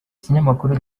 kinyamakuru